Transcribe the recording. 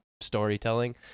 storytelling